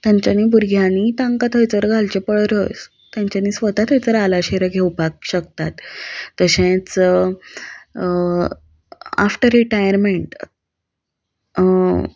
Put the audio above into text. तांच्यानी भुरग्यांनी तांकां थंयसर घालचे परस तांच्यानी स्वता थंयसर आलाशेर घेवपाक शकतात तशेंच आफ्टर रिटायरमेंट